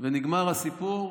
ונגמר הסיפור,